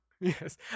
Yes